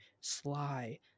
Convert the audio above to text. Sly